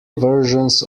versions